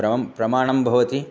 प्रं प्रमाणं भवति